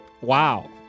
Wow